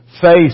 Faith